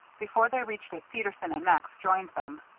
before they reached it peterson and max joined them.